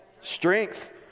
Strength